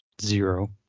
Zero